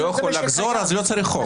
הוא לא יכול לחזור, אז לא צריך חוק.